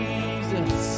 Jesus